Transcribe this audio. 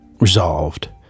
resolved